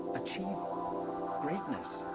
achieved greatness.